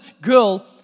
girl